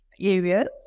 areas